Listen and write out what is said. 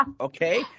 Okay